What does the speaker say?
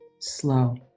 slow